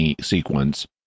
sequence